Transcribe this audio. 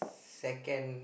second